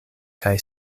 kaj